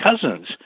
cousins